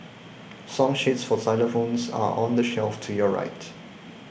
song sheets for xylophones are on the shelf to your right